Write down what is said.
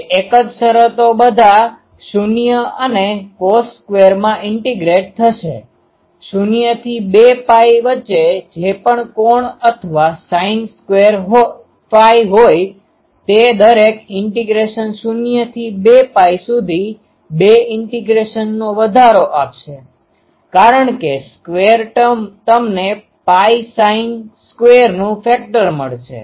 તે એક જ શરતો બધા 0 અને કોસ સ્ક્વેરમાં ઇન્ટીગ્રેટ થશે 0 થી 2 પાઇ વચ્ચે જે પણ કોણ અથવા સાઈન સ્ક્વેર ફાઈ હોય તે દરેક ઇન્ટિગ્રેશન 0 થી 2 પાય સુધી 2 ઈન્ટીગ્રેશનનો વધારો આપશે કારણ કે સ્ક્વેર ટર્મ તમને પાઈ સાઈન સ્ક્વેરનું ફેક્ટર મળશે